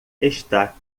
está